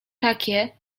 takie